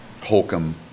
holcomb